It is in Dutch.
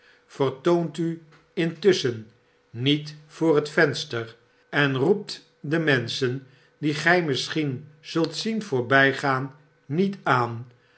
vertoont u intusschen niet voor het venster en roept de menschen die gij misschien zult zien voorbxjgaan met aan